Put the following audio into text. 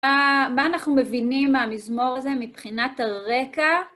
מה אנחנו מבינים מהמזמור הזה מבחינת הרקע?